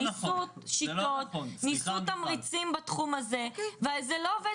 ניתנו תמריצים בתחום הזה אבל זה לא עובד